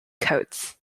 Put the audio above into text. coats